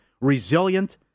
resilient